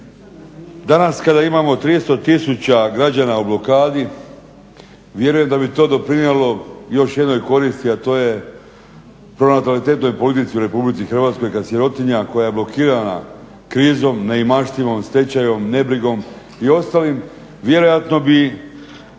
Danas kada imamo 300 tisuća građana u blokadi vjerujem da bi to doprinijelo još jednoj koristi a to je pronatalitetnoj politici u Republici Hrvatskoj kada sirotinja koja je blokirana krizom, neimaštinom, stečajem, nebrigom i ostalim